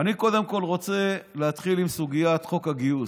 אני קודם כול רוצה להתחיל עם סוגיית חוק הגיוס.